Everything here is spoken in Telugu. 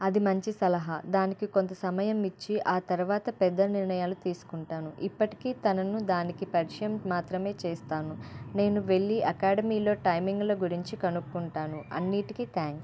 అది మంచి సలహా దానికి కొంత సమయం ఇచ్చి ఆ తర్వాత పెద్ద నిర్ణయాలు తీస్కుంటాను ఇప్పటికి తనను దానికి పరిచయం మాత్రమే చేస్తాను నేను వెళ్ళి అకాడెమీలో టైమింగ్ల గురించి కనుక్కుంటాను అన్నిటికీ థ్యాంక్స్